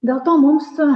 dėl to mums